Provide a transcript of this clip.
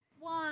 One